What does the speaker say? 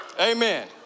Amen